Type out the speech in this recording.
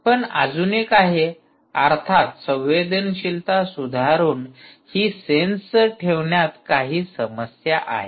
पण अजून एक आहे अर्थात संवेदनशीलता सुधारून ही सेन्स ठेवण्यात काही समस्या आहे